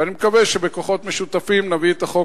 ואני מקווה שבכוחות משותפים נביא את החוק